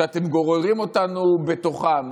שאתם גוררים אותנו בתוכם,